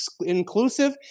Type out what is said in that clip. inclusive